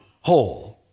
whole